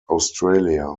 australia